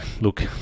look